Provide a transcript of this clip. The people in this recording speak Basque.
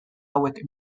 hauek